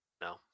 No